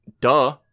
Duh